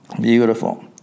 Beautiful